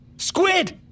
Squid